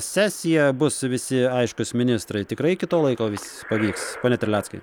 sesiją bus visi aiškūs ministrai tikrai iki to laiko vis pavyks pone terleckai